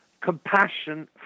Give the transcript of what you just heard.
compassion